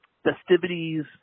Festivities